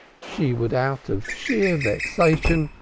she would out of sheer vexatiousness,